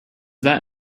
that